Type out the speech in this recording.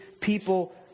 people